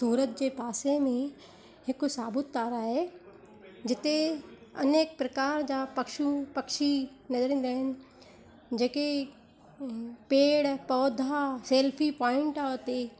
सूरत जे पासे में हिकु साबूतारा आहे जिते अनेक प्रकार जा पशू पक्षी नज़र ईंदा आहिनि जेके पेड़ पौधा सेल्फी पॉइंट आहे हुते